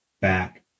back